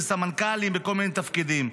זה סמנכ"לים בכל מיני תפקידים.